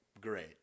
great